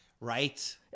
Right